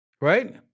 Right